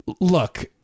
Look